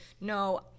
no